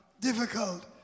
difficult